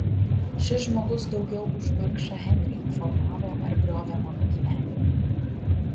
šis žmogus daugiau už vargšą henrį formavo ar griovė mano gyvenimą